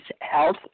health